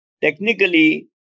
technically